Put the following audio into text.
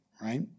right